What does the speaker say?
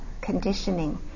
conditioning